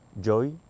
joy